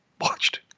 watched